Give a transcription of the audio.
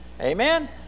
Amen